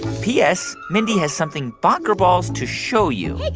p s. mindy has something bonker-balls to show you